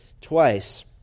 twice